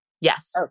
Yes